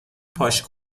پاش